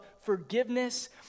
forgiveness